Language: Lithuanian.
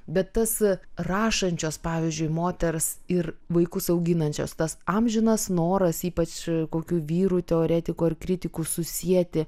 bet tas rašančios pavyzdžiui moters ir vaikus auginančios tas amžinas noras ypač kokiu vyru teoretiku ir kritiku susieti